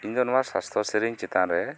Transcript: ᱤᱧᱫᱚ ᱱᱚᱣᱟ ᱥᱟᱥᱛᱚ ᱥᱤᱨᱤᱧ ᱪᱮᱛᱟᱱ ᱨᱮ